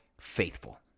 faithful